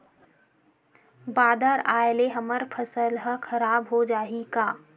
बादर आय ले हमर फसल ह खराब हो जाहि का?